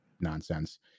nonsense